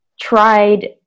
tried